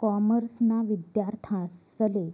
कॉमर्सना विद्यार्थांसले